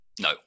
no